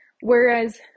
Whereas